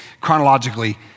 chronologically